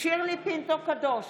שירלי פינטו קדוש,